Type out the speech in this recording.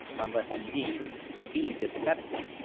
unless, indeed, he be dyspeptic.